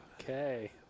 Okay